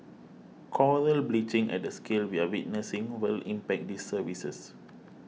coral bleaching at the scale we are witnessing will impact these services